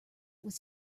was